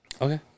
Okay